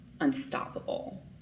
unstoppable